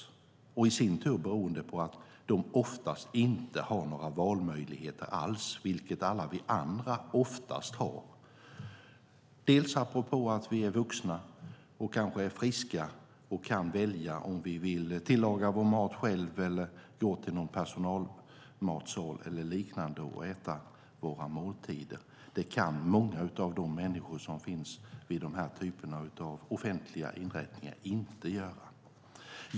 Det beror i sin tur på att de oftast inte har några valmöjligheter alls, vilket alla vi andra oftast har. Vi är vuxna, kanske friska, och kan välja om vi vill tillaga vår mat själv eller gå till någon personalmatsal eller liknande och äta våra måltider. Det kan många av de människor som finns i de här typerna av offentliga inrättningar inte göra.